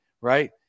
right